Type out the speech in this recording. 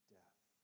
death